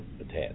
attend